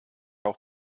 auch